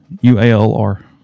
U-A-L-R